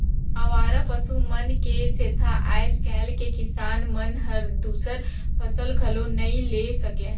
अवारा पसु मन के सेंथा आज कायल के किसान मन हर दूसर फसल घलो नई ले सके